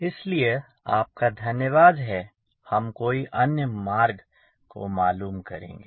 इसलिए आपका धन्यवाद है हम कोई अन्य मार्ग को मालूम करेंगे